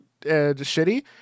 shitty